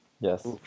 Yes